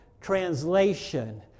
translation